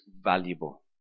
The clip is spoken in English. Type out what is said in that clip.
valuable